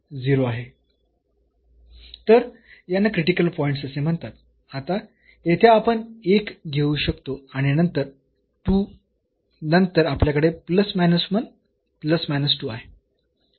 तर यांना critical points असे म्हणतात आता येथे आपण एक घेऊ शकतो आणि नंतर 2 नंतर आपल्याकडे आहे